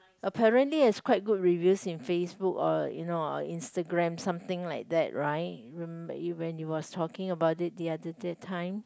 apparently is quite good review in FaceBook or you know Instagram something like that right remember you when you was talking about it the other day time